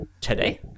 today